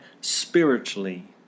spiritually